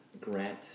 Grant